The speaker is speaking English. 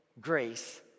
grace